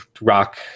Rock